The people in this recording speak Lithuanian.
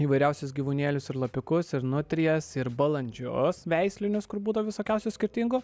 įvairiausius gyvūnėlius ir lapiukus ir nutrijas ir balandžius veislinius kur būdavo visokiausių skirtingų